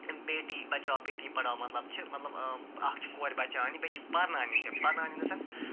بیٹی بچاو بیٹی پڑھاو مطلب چھِ مطلب اَکھ چھِ کورِ بچاونہِ بیٚیہِ چھِ پرناونہِ تہِ پرناونہِ اِن دَ سٮ۪نٕس